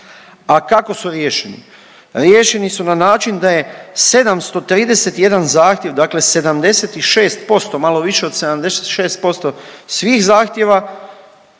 A kako su riješeni? Riješeni su na način da je 731 zahtjev, dakle 76%, malo više od 76% svih zahtjeva